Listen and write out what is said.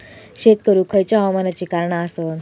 शेत करुक खयच्या हवामानाची कारणा आसत?